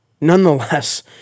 nonetheless